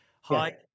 hi